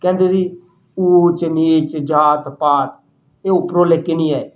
ਕਹਿੰਦੇ ਜੀ ਊਚ ਨੀਚ ਜਾਤ ਪਾਤ ਇਹ ਉੱਪਰੋ ਲੈ ਕੇ ਨਹੀਂ ਆਏ